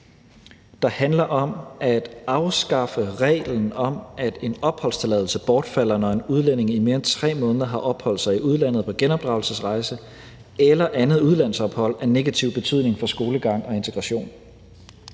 der handler om at afskaffe reglen om, at en opholdstilladelse bortfalder, når en udlænding i mere end 3 måneder har opholdt sig i udlandet på genopdragelsesrejse eller andet udlandsophold af negativ betydning for skolegang og integration.